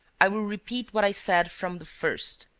i will repeat what i said from the first,